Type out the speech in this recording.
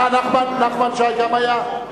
נחמן שי גם היה?